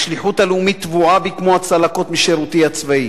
השליחות הלאומית טבועה בי כמו הצלקות משירותי הצבאי.